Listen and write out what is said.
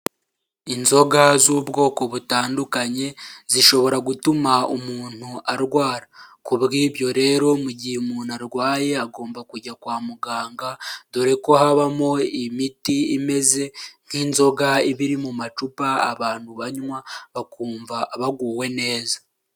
Inzoga z'ubwoko butandukanye zishobora gutuma umuntu arwara, ku bw'ibyo rero mu gihe umuntu arwaye agomba kujya kwa muganga dore ko habamo imiti imeze nk'inzoga iba iri mu macupa abantu banywa bakumva baguwe neza.